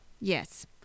Yes